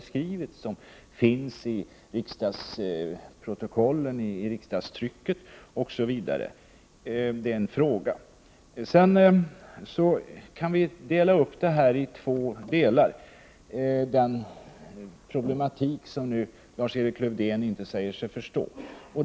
1988/89:120 beskrivit, vilket finns redovisat i riksdagens protokoll och riksdagstrycket. 24 maj 1989 Den problematik som Lars-Erik Lövdén inte säger sig förstå kan delas upp itvå delar.